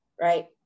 right